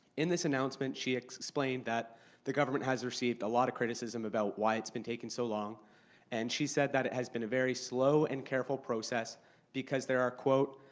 in this announcement, she explained that the government has received a lot of criticism about why it's been taking so long and she said that it has been a very slow and careful process because there are, quote,